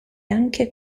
anche